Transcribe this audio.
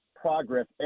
progress